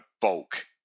bulk